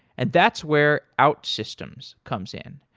and that's where outsystems comes in.